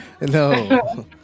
no